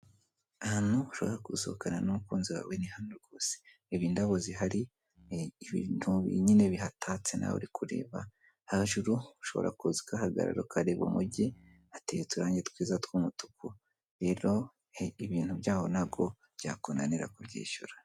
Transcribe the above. Ahantu ushaka gusohokana n'umukunzi wawe ni hano rwose, reba idabo zihari ibintu nyine bihatatse nawe uri kureba hejuru ushobora kuzagahagarara ukareba umujyi uturangi twiza tw'umutuku rero ibintu byaho ntabwo byakunanira kubyishyura.